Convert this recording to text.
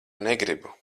negribu